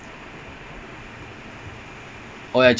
no அவங்க:avanga chinese quite sad oh like